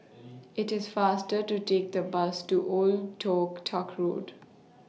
IT IS faster to Take The Bus to Old Tock Tuck Road